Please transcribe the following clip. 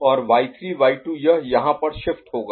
और y3 y2 यह यहाँ पर शिफ्ट होगा